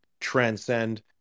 transcend